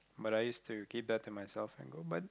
but I used to keep that to myself and go but